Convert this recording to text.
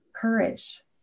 courage